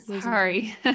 sorry